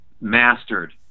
mastered